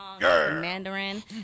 Mandarin